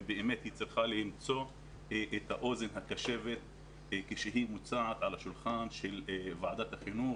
והיא צריכה למצוא את האוזן הקשבת כשהיא מוצעת על השולחן של ועדת החינוך